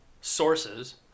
sources